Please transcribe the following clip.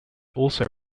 also